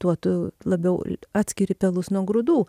tuo tu labiau atskiri pelus nuo grūdų